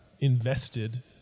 invested